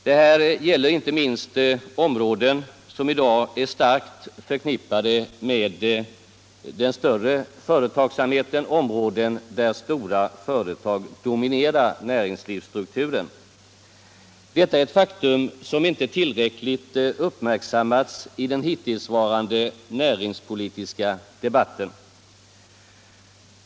Det gäller inte minst områden som i dag är starkt förknippade med den större företagsamheten och där stora företag dominerar näringslivets struktur. Detta är ett faktum, som inte tillräckligt uppmärksammats i den hittillsvarande näringspolitiska debatten.